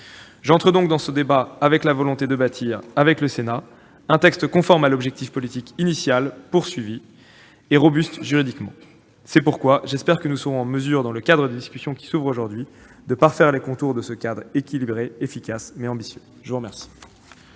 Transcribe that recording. J'entre dans ce débat avec la volonté de bâtir, avec le Sénat, un texte conforme à l'objectif politique initial et robuste juridiquement. C'est pourquoi j'espère que nous serons en mesure lors des discussions qui s'ouvrent de parfaire les contours de ce cadre équilibré, efficace et ambitieux. Monsieur le